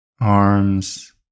arms